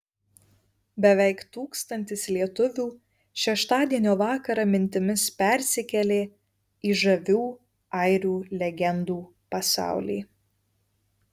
beveik tūkstantis lietuvių šeštadienio vakarą mintimis persikėlė į žavių airių legendų pasaulį